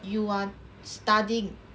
you're studying